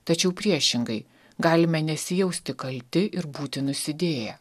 tačiau priešingai galime nesijausti kalti ir būti nusidėję